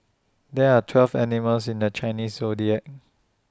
there're twelve animals in the Chinese Zodiac